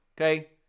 Okay